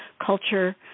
culture